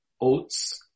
oats